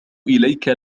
إليك